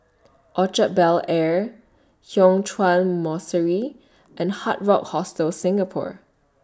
Orchard Bel Air Chuan Monastery and Hard Rock Hostel Singapore